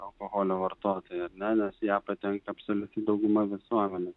alkoholio vartotojų ar ne nes į ją patenka absoliuti dauguma visuomenės